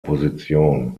position